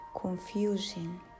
confusion